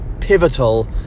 pivotal